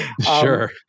Sure